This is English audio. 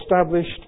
established